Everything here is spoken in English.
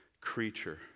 creature